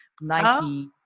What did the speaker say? Nike